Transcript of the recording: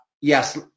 Yes